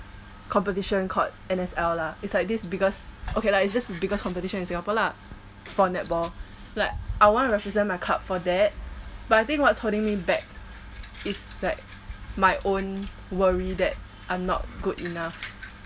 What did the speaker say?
competition court called N_S_L lah it's like this biggest okay like it's just this bigger competition in singapore lah for netball like I wanna represent my club for that but I think what's holding me back is like my own worry that I'm not good enough